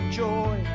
joy